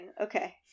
Okay